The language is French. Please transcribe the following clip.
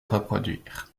reproduire